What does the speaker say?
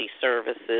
services